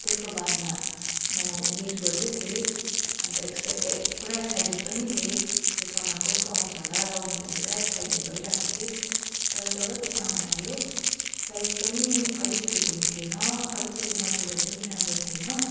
त्यसको बादमा म वेट गर्दै थिएँ अन्त एक्सपे ए पुरा एक्साइटेड पनि थिएँ त्यो सामान कस्तो आउँछ होला लाउनुलाई पुरा एक्साइटेड भइरहेको थिएँ तर जब त्यो सामान आयो साइज पनि अलिक फिटिङ थिएन अलिकिति मेटेरियल पनि राम्रो थिएन